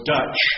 Dutch